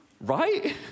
Right